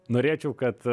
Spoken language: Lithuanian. norėčiau kad